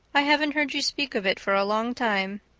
i haven't heard you speak of it for a long time.